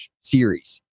series